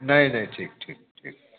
नहीं नहीं ठीक ठीक ठीक